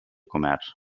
comerç